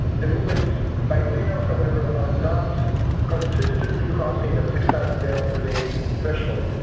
the movements-by-rail however are not consistently crossing that six thousand barrels per day threshold.